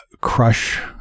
crush